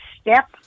step